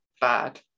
bad